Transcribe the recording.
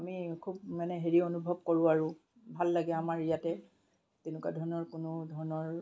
আমি খুব মানে হেৰি অনুভৱ কৰোঁ আৰু ভাল লাগে আমাৰ ইয়াতে তেনেকুৱা ধৰণৰ কোনো ধৰণৰ